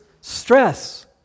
stress